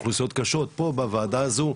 פה בוועדה הזו,